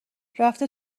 رفته